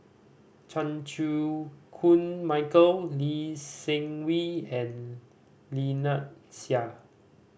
Chan Chew Koon Michael Lee Seng Wee and Lynnette Seah